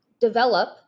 develop